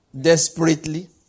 desperately